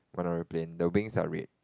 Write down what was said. one aeroplane the wings are red